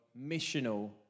missional